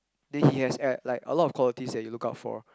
then he has at like a lot of qualities that you look out for